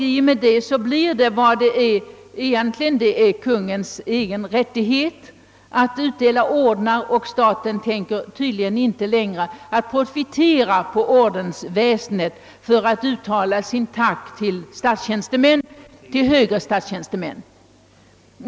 Därmed blir utdelandet av ordnar uteslutande en Konungens egen rättighet. Staten tänker tydligen inte längre profitera på ordensväsendet för att uttala sitt tack till högre statstjänstemän.